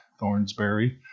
Thornsberry